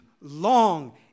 long